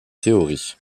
théorie